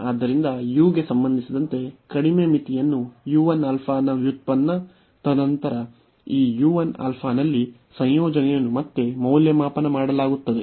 ಆದ್ದರಿಂದ u ಗೆ ಸಂಬಂಧಿಸಿದಂತೆ ಕಡಿಮೆ ಮಿತಿಯನ್ನು u 1 α ನ ವ್ಯುತ್ಪನ್ನ ತದನಂತರ ಈ u 1 α ನಲ್ಲಿ ಸಂಯೋಜನೆಯನ್ನು ಮತ್ತೆ ಮೌಲ್ಯಮಾಪನ ಮಾಡಲಾಗುತ್ತದೆ